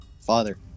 Father